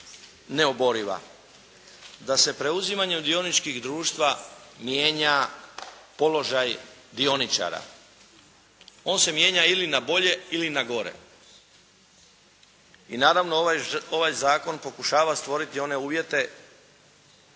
da se preuzimanjem dioničkih društva mijenja položaj dioničara. On se mijenja ili na bolje ili na gore. I naravno ovaj zakon pokušava stvoriti one uvjete